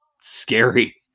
scary